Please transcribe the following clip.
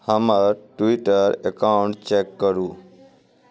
हमर Twitter account check करू